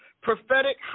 prophetic